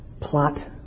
plot